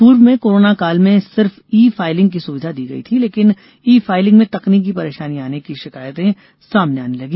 पूर्व में कोराना काल में सिर्फ ई फाइलिंग की सुविधा दी गई थी लेकिन ई फाइलिंग में तकनीकी परेशानी आने की शिकायतें सामने आने लगी